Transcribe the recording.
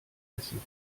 essen